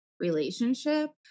Relationship